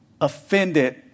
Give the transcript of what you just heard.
offended